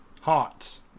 Hearts